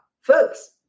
folks